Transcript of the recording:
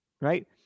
right